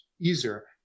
easier